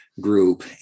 group